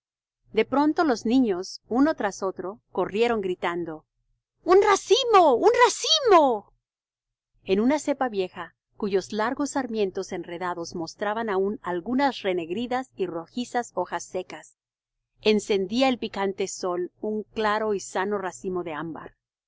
de pronto los niños uno tras otro corrieron gritando un racimo un racimo en una cepa vieja cuyos largos sarmientos enredados mostraban aún algunas renegridas y rojizas hojas secas encendía el picante sol un claro y sano racimo de ámbar